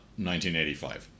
1985